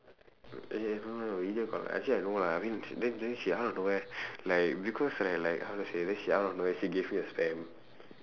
eh no no video call actually I no lah I mean then then she out of nowhere like because right like how to say then she out of nowhere she gave me her spam